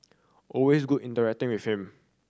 always good interacting with him